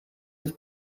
have